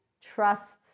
trusts